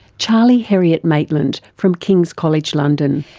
charlie heriot-maitland from kings college london.